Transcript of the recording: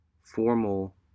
formal